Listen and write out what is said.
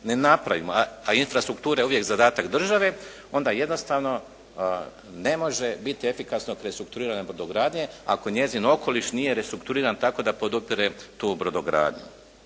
ne napravimo, a infrastruktura je uvijek zadatak države, onda jednostavno ne može biti efikasno prestrukturiranje brodogradnje ako njezin okoliš nije restrukturiran tako da podupire tu brodogradnju.